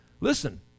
Listen